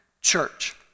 church